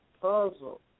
puzzle